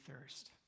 thirst